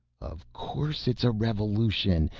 of course it's a revolution.